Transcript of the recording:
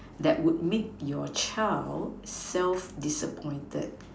that would make your child self disappointed